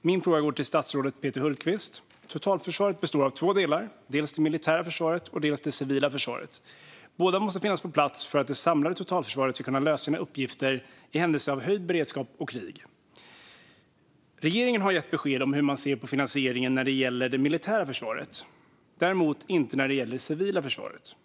Min fråga går till statsrådet Peter Hultqvist. Totalförsvaret består av två delar, dels det militära försvaret, dels det civila försvaret. Båda måste finnas på plats för att det samlade totalförsvaret ska kunna lösa sina uppgifter i händelse av höjd beredskap och krig. Regeringen har gett besked om hur man ser på finansieringen när det gäller det militära försvaret men inte när det gäller det civila försvaret.